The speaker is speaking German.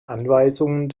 anweisungen